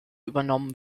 übernommen